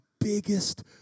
biggest